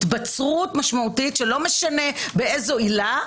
התבצרות משמעותית שלא משנה באיזו עילה,